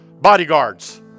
bodyguards